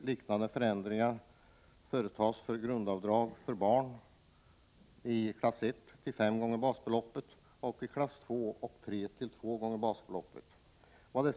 Liknande förändringar föreslås för grundavdraget för barn m.fl., i klass I till fem gånger basbeloppet och i klass II och III till två gånger basbeloppet.